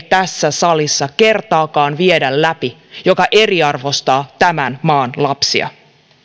tässä salissa ei kertaakaan viedä yhtäkään päätöstä läpi joka eriarvoistaa tämän maan lapsia